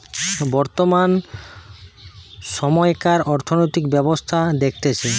বর্তমান সময়কার অর্থনৈতিক ব্যবস্থা দেখতেছে